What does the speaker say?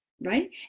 Right